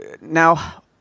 now